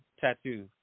tattoo